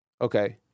okay